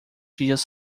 dias